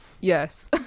yes